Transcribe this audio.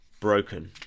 broken